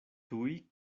tuj